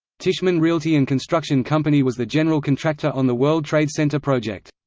tishman realty and construction company was the general contractor on the world trade center project.